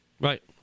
Right